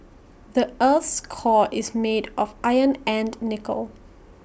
the Earth's core is made of iron and nickel